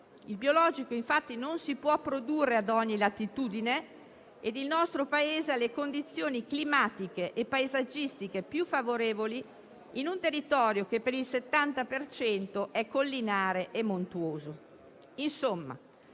Il biologico infatti non si può produrre ad ogni latitudine e il nostro Paese ha le condizioni climatiche e paesaggistiche più favorevoli, in un territorio che per il 70 per cento è collinare e montuoso.